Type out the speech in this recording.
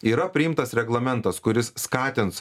yra priimtas reglamentas kuris skatins